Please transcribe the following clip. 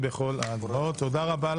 אני לא מכירה.